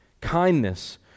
Kindness